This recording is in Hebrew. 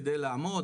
כדי לעמוד.